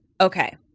Okay